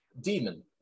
Demon